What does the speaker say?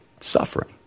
Suffering